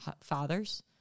fathers